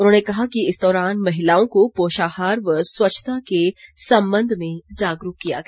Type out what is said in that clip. उन्होंने कहा कि इस दौरान महिलाओं को पोषाहार व स्वच्छता के संबंध में जागरूक किया गया